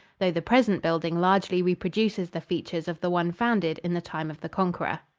though the present building largely reproduces the features of the one founded in the time of the conqueror.